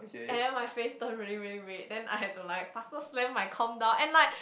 and then my face turned really really red then I had to like faster slam my com down and like